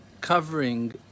covering